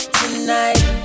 tonight